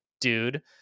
dude